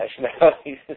nationalities